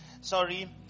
Sorry